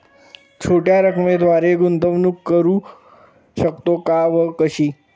छोट्या रकमेद्वारे गुंतवणूक करू शकतो का व कशी?